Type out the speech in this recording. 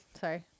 Sorry